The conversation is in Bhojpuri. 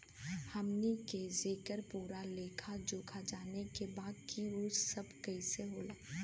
हमनी के जेकर पूरा लेखा जोखा जाने के बा की ई सब कैसे होला?